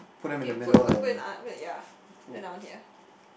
okay put put put in uh put in ya put in then I won't hear